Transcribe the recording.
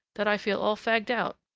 that i feel all fagged out.